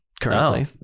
currently